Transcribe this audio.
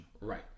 Right